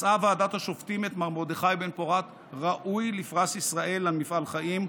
מצאה ועדת השופטים את מר מרדכי בן-פורת ראוי לפרס ישראל על מפעל חיים,